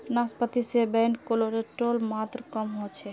नाश्पाती से bad cholesterol मात्र कम होचे